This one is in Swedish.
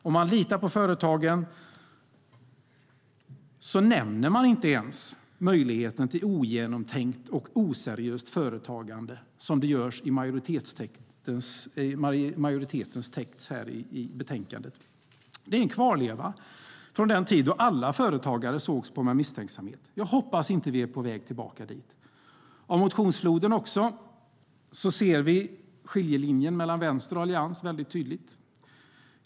Om man litar på företagen nämner man inte ens möjligheten till ogenomtänkt och oseriöst företagande, vilket görs i majoritetens text i betänkandet. Det är en kvarleva från den tid då alla företagare sågs på med misstänksamhet. Jag hoppas att vi inte är tillbaka dit. I motionsfloden ser vi skiljelinjen mellan vänstern och Alliansen väldigt tydligt.